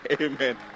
amen